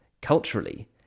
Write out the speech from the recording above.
culturally